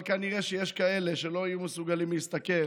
אבל כנראה שיש כאלה שלא יהיו מסוגלים להסתכל